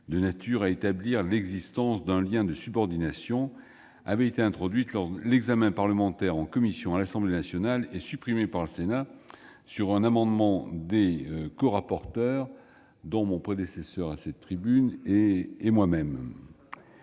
de nature à établir l'existence d'un lien de subordination, avaient été introduites lors de l'examen parlementaire, en commission, à l'Assemblée nationale. Elles avaient été supprimées par le Sénat par un amendement des corapporteurs, dont mon prédécesseur à cette tribune et moi-même.